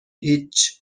هیچ